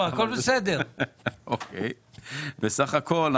הישיבה ננעלה בשעה 13:15.